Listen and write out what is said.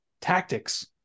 tactics